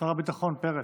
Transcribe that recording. שר הביטחון, פרס.